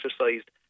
exercised